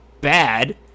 bad